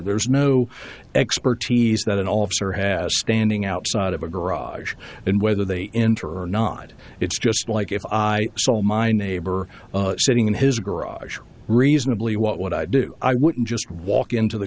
there's no expertise that an officer has standing outside of a garage and whether they enter or not it's just like if i saw my neighbor sitting in his garage or reasonably what i do i would just walk into the